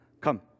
Come